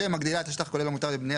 שמגדילה את השטח הכולל המותר לבנייה,